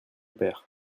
père